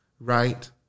right